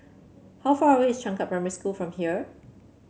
how far away is Changkat Primary School from here